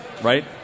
right